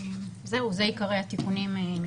זהו זה עיקרי התיקונים.